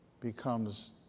becomes